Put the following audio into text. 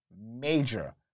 Major